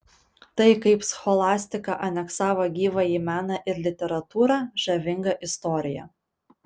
tai kaip scholastika aneksavo gyvąjį meną ir literatūrą žavinga istorija